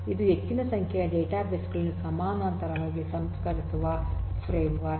ಇದು ಹೆಚ್ಚಿನ ಸಂಖ್ಯೆಯ ಡೇಟಾಬೇಸ್ ಗಳನ್ನು ಸಮಾನಾಂತರವಾಗಿ ಸಂಸ್ಕರಿಸುವ ಫ್ರೇಮ್ವರ್ಕ್